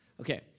Okay